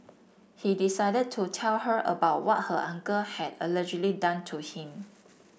he decided to tell her about what her uncle had allegedly done to him